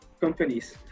companies